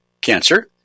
cancer